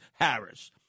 Harris